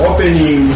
Opening